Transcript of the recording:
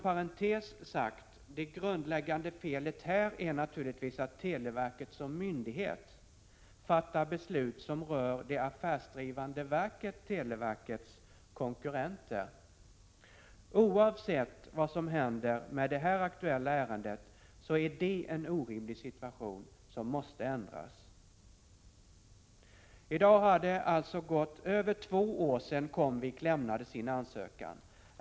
Det grundläggande felet här är naturligtvis att televerket som myndighet fattar beslut som rör konkurrenter till televerket som affärsdrivande verk. Oavsett vad som händer med det här ärendet är detta en orimlig situation, som måste ändras. I dag har det alltså gått över två år sedan Comvik lämnade sin ansökan.